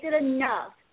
enough